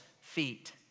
feet